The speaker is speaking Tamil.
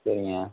சரிங்க